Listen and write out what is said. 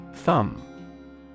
Thumb